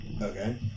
Okay